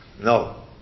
No